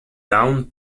down